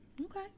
Okay